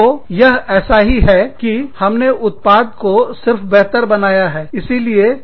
तो यह ऐसा ही है की हमने उत्पाद को सिर्फ बेहतर बनाया है